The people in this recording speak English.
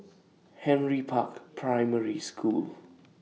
Henry Park Primary School